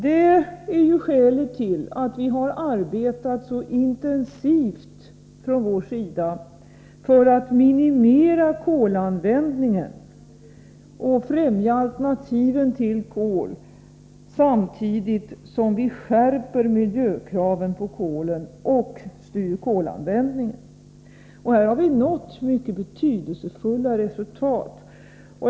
Det är skälet till att vi från vår sida har arbetat så intensivt för att minimera kolanvändningen och främja alternativen till kol samtidigt som vi skärper miljökraven på kol och styr kolanvändningen. Här har vi nått mycket betydelsefulla resultat.